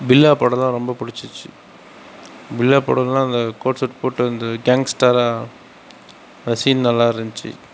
பில்லா படம்லாம் ரொம்ப பிடிச்சிச்சி பில்லா படம்லாம் அந்த கோட் சூட் போட்டு வந்து கேங்ஸ்டராக அந்த சீன் நல்லா இருந்துச்சி